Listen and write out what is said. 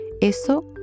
Eso